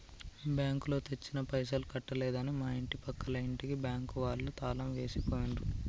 బ్యాంకులో తెచ్చిన పైసలు కట్టలేదని మా ఇంటి పక్కల ఇంటికి బ్యాంకు వాళ్ళు తాళం వేసి పోయిండ్రు